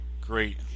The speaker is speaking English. great